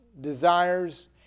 desires